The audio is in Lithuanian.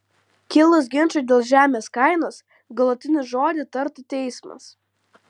kilus ginčui dėl žemės kainos galutinį žodį tartų teismas